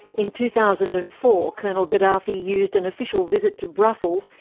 in two thousand and four, colonel gaddafi used an official visit to brussels,